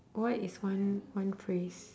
what is one one phrase